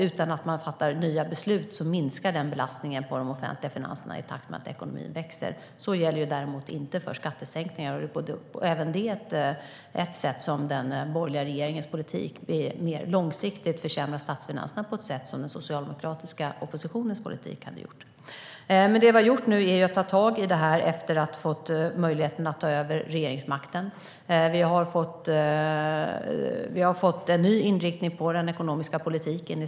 Utan att man fattar nya beslut minskar därmed den belastningen på de offentliga finanserna i takt med att ekonomin växer. Det gäller däremot inte för skattesänkningar. Även på det sättet försämrar den borgerliga regeringens politik mer långsiktigt statsfinanserna än den socialdemokratiska oppositionens politik hade gjort. Efter att vi fick ta över regeringsmakten har vi tagit tag i detta. Vi har fått en ny inriktning på den ekonomiska politiken.